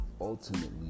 ultimately